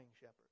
shepherd